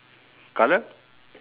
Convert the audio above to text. colour